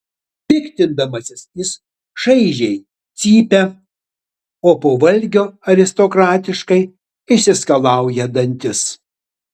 piktindamasis jis šaižiai cypia o po valgio aristokratiškai išsiskalauja dantis